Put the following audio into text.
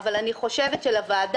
אני אקריא את הרשימות ואת הסימוכין שלהן